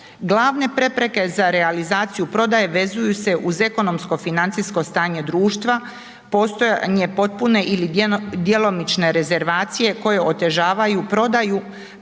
Glavne prepreke za realizaciju prodaje vezuju se uz ekonomsko financijsko stanje društva, postojanje potpune ili djelomične rezervacije koje otežavaju prodaju